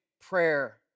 prayer